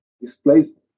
displaced